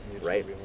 right